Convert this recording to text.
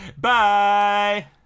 Bye